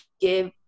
give